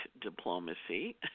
diplomacy